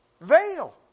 veil